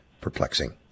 perplexing